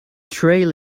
trail